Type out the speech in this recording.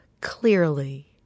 clearly